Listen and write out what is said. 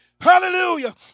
Hallelujah